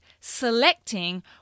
selecting